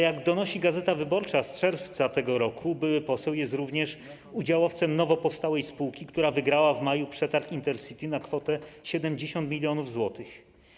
Jak donosi „Gazeta Wyborcza” z czerwca tego roku były poseł jest również udziałowcem nowopowstałej spółki, która wygrała w maju przetarg Intercity na kwotę 70 mln zł.